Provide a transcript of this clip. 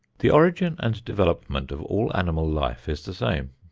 the origin and development of all animal life is the same.